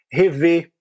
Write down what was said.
rever